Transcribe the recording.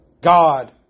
God